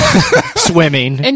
Swimming